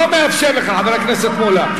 לא מאפשר לך, חבר הכנסת מולה.